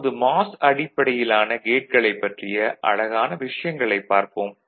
இப்போது மாஸ் அடிப்படையிலான கேட்களைப் பற்றிய அழகான விஷயங்களைப் பார்ப்போம்